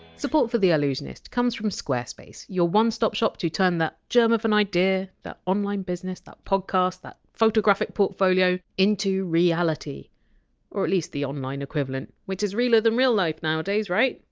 support for the allusionist comes from squarespace, your one-stop shop to turn that germ of an idea, that online business, that podcast, that photographic portfolio, into reality or at least the online equivalent, which is realer than real life nowadays, right?